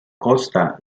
costa